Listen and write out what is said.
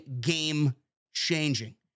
game-changing